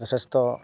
যথেষ্ট